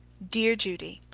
dear judy